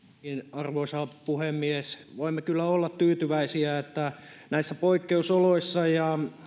arvoisa puhemies voimme kyllä olla tyytyväisiä siihen että näissä poikkeusoloissa ja